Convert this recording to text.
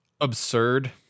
absurd